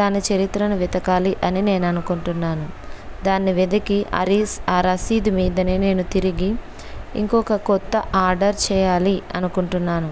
దాని చరిత్రను వెతకాలి అని నేను అనుకుంటున్నాను దాన్ని వెతికి ఆ రీ ఆ రసీదు మీదని నేను తిరిగి ఇంకొక క్రొత్త ఆర్డర్ చేయాలి అనుకుంటున్నాను